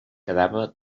quedava